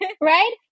right